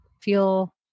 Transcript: feel